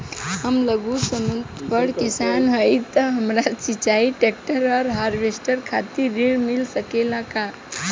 हम लघु सीमांत बड़ किसान हईं त हमरा सिंचाई ट्रेक्टर और हार्वेस्टर खातिर ऋण मिल सकेला का?